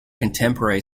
contemporary